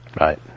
Right